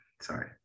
sorry